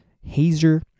hazer